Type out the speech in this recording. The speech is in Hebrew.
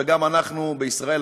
וגם אנחנו בישראל,